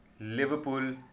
Liverpool